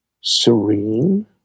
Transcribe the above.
serene